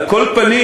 על כל פנים,